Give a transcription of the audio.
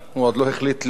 הוא עוד לא החליט לאן,